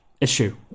issue